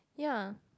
ya